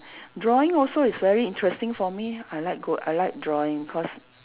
drawing also is very interesting for me I like go I like drawing cause